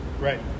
right